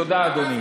תודה, אדוני.